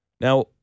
Now